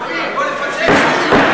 עמיר, בוא נפצל את זה.